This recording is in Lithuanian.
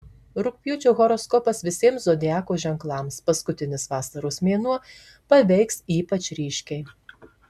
rugpjūčio horoskopas visiems zodiako ženklams paskutinis vasaros mėnuo paveiks ypač ryškiai